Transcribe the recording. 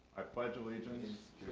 i pledge allegiance